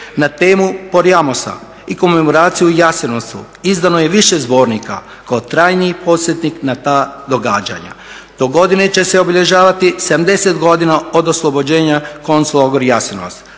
Na temu Porajmosa i komemoraciju u Jasenovcu izdano je više zbornika kao trajni podsjetnik na ta događanja. Dogodine će se obilježavati 70 godina od oslobođenja konc logor Jasenovac.